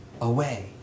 away